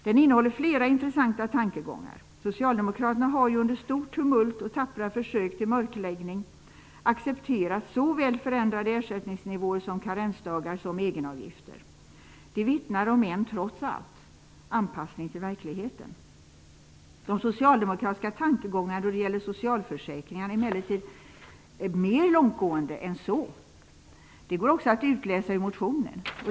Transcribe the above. Den innehåller flera intressanta tankegångar. Socialdemokraterna har ju under stort tumult och tappra försök till mörkläggning accepterat såväl förändrade ersättningsnivåer som karensdagar och egenavgifter. Det vittnar om en -- trots allt -- anpassning till verkligheten. De socialdemokratiska tankegångarna då det gäller socialförsäkringarna är emellertid mer långtgående än så. Det går också att utläsa ur motionen.